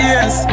Yes